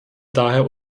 daher